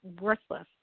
worthless